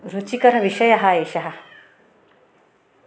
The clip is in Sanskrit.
रुचिकरविषयः एषः